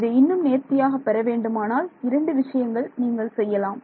இதை இன்னும் நேர்த்தியாக பெற வேண்டுமானால் இரண்டு விஷயங்கள் நீங்கள் செய்யலாம்